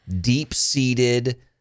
deep-seated